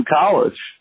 college